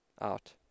out